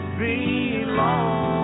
belong